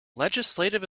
legislative